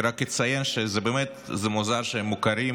אני רק אציין שזה מוזר שהם מוכרים